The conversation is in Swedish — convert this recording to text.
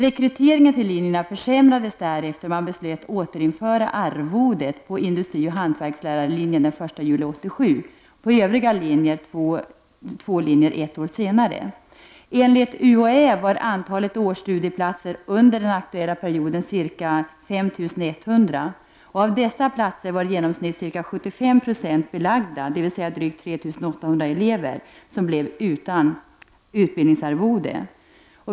Rekryteringen till linjerna försämrades därefter, och man beslöt återinföra arvodet — På industrioch hantverkslärarlinjen den 1 juli 1987, på övriga två linjer ett år senare. Enligt UHÄ var antalet årsstudieplatser under den aktuella perioden ca 5 100. Av dessa platser var i genomsnitt ca 75 90 belagda, dvs. drygt 3 800 elever blev utan utbildningsarvode.